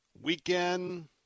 weekend